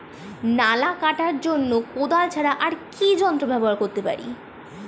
নালা কাটার জন্য কোদাল ছাড়া আর কি যন্ত্র ব্যবহার করতে পারি?